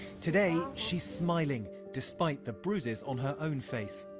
today, she's smiling despite the bruises on her own face.